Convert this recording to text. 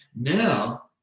Now